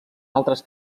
altres